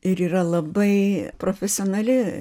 ir yra labai profesionali